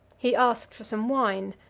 he asked for some wine.